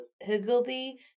higgledy